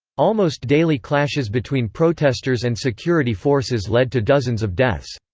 almost daily clashes between protesters and security forces led to dozens of deaths.